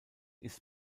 ist